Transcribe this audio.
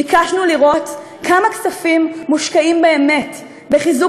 ביקשנו לראות כמה כספים מושקעים באמת בחיזוק